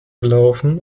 gelaufen